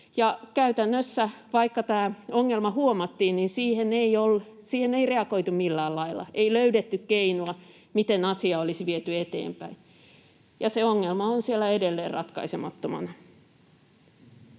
käytännössä, vaikka tämä ongelma huomattiin, niin siihen ei reagoitu millään lailla — ei löydetty keinoa, miten asiaa olisi viety eteenpäin, ja se ongelma on siellä edelleen ratkaisemattomana.